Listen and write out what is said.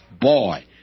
boy